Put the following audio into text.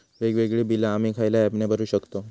वेगवेगळी बिला आम्ही खयल्या ऍपने भरू शकताव?